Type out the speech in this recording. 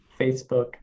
Facebook